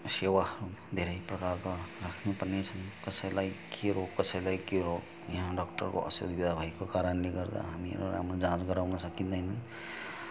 सेवा धेरै प्रकारका राख्नुपर्ने छन् कसैलाई के रोग कसैलाई के रोग यहाँ डाक्टरको असुविधा भएको कारणले गर्दा हामीहरू राम्रो जाँच गराउन सकिँदैन